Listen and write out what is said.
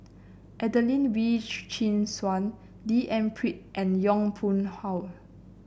Adelene Wee Chin Suan D N Pritt and Yong Pung How